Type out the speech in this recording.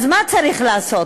אז מה צריך לעשות?